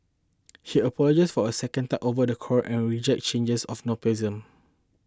he apologised for a second time over the quarrel and rejected charges of nepotism